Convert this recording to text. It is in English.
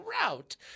route